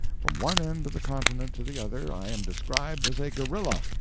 from one end of the continent to the other, i am described as a gorilla,